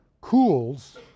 cools